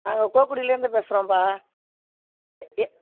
நாங்கள் கோக்குடிலேந்து பேசுகிறோம்பா இ